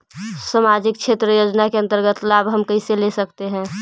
समाजिक क्षेत्र योजना के अंतर्गत लाभ हम कैसे ले सकतें हैं?